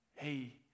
hey